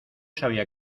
sabía